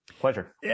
pleasure